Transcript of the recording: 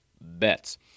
bets